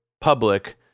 public